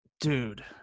dude